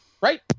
Right